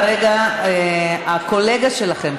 כרגע הקולגה שלכם,